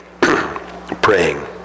praying